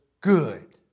good